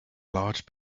large